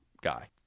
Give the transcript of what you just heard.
guy